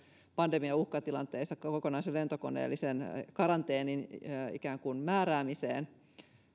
pandemiauhkatilanteessa kokonaisen lentokoneellisen karanteeniin määräämiseen